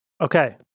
okay